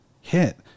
hit